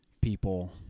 people